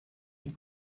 mit